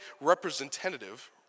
representative